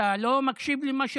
אתה לא מקשיב למה שאומרים,